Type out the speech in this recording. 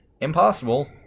impossible